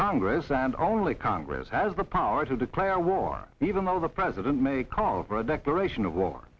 congress and only congress has the power to declare war even though the president may call for a declaration of war